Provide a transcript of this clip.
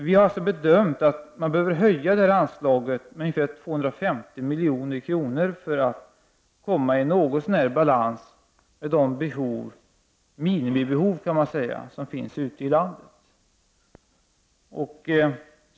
Vi har alltså bedömt att man måste höja anslaget med ungefär 250 milj.kr. för att komma något så när i balans med de minimibehov som finns ute i landet.